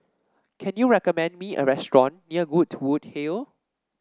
can you recommend me a restaurant near Goodwood Hill